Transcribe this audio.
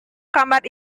kamar